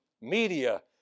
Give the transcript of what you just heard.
media